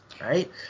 right